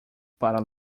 para